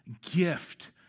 gift